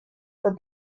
for